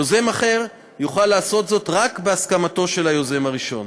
יוזם אחר יוכל לעשות זאת רק בהסכמתו של היוזם הראשון.